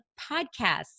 podcasts